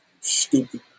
stupid